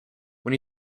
when